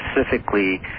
specifically